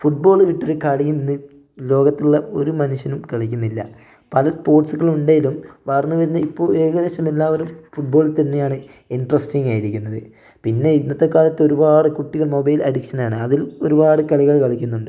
football വിട്ടൊരു കളിയും ഇന്ന് ലോകത്തുള്ള ഒരു മനുഷ്യനും കളിക്കുന്നില്ല പല സ്പോർട്സുകൾ ഉണ്ടെലും വളർന്നു വരുന്ന ഇപ്പോ ഏകദേശം എല്ലാവരും ഫുട്ബോളിൽ തന്നെയാണ് ഇൻറ്റ്റസ്റ്റിങ് ആയിരിക്കുന്നത് പിന്നെ ഇന്നത്തെ കാലത്തൊരുപാട് കുട്ടികൾ മൊബൈൽ അഡിക്ഷൻ ആണ് അതിൽ ഒരു പാട് കളികൾ കളിക്കുന്നുണ്ട്